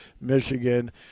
Michigan